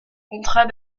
contrats